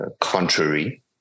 contrary